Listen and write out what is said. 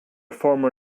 former